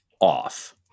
off